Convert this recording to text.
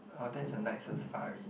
orh that's a night safari